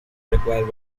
require